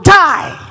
die